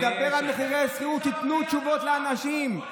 תדבר על מחירי השכירות, תיתנו תשובות לאנשים.